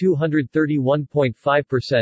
231.5%